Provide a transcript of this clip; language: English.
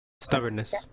Stubbornness